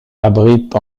abrite